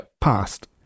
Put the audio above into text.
past